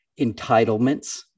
entitlements